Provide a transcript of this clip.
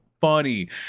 funny